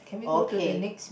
okay